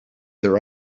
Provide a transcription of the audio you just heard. their